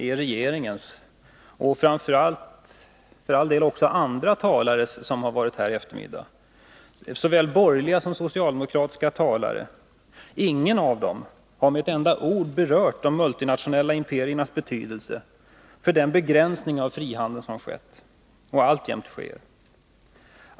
F. ö. har ingen av de borgerliga och socialdemokratiska talarna i eftermiddagens debatt med ett enda ord berört de multinationella imperiernas betydelse för den begränsning av frihandeln som skett och alltjämt sker.